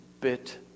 bit